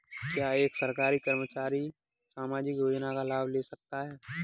क्या एक सरकारी कर्मचारी सामाजिक योजना का लाभ ले सकता है?